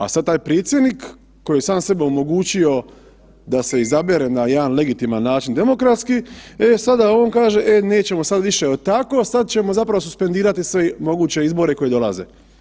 A sad taj predsjednik koji je sam sebi omogućio da se izabere na jedan legitiman način demokratski, e sada on kaže, e nećemo sada više tako, sad ćemo zapravo suspendirati sve moguće izbore koji dolaze.